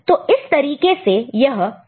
तो इस तरीके से यह काउंट आगे बढ़ेगा